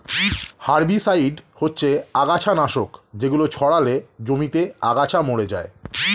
herbicide হচ্ছে আগাছানাশক যেগুলো ছড়ালে জমিতে আগাছা মরে যায়